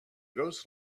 ghost